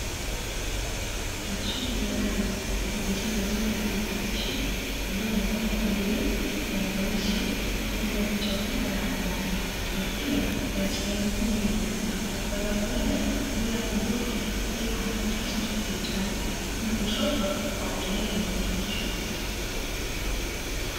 Mashine maalum ya kuuzia maziwa yaliyo freshi ambayo ina rangi ya bluu na nyeusi, pamoja na picha kubwa ya ng'ombe, na pia ina sehemu kuu mbili, ya upande wa kulia kwa ajili ya kubofya ili kuandika kiasi unachokihitaji na kushoto kwa kupimia kinywaji hicho.